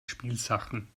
spielsachen